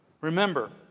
Remember